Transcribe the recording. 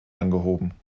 angehoben